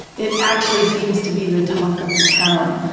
it actually seems to be the talk of the town.